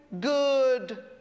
good